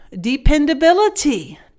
dependability